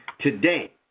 today